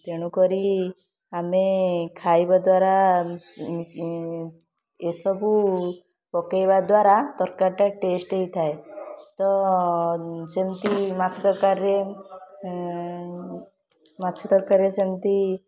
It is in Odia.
ତେଣୁକରି ଆମେ ଖାଇବା ଦ୍ୱାରା ଏସବୁ ପକାଇବା ଦ୍ୱାରା ତରକାରୀଟା ଟେଷ୍ଟ୍ ହୋଇଥାଏ ତ ସେମିତି ମାଛ ତରକାରୀରେ ମାଛ ତରକାରୀରେ ସେମିତି